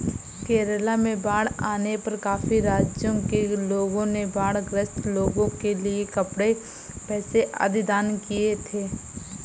केरला में बाढ़ आने पर काफी राज्यों के लोगों ने बाढ़ ग्रस्त लोगों के लिए कपड़े, पैसे आदि दान किए थे